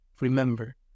Remember